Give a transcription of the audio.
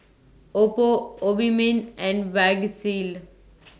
Oppo Obimin and Vagisil